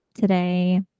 today